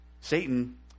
satan